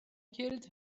killed